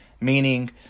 meaning